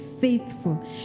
faithful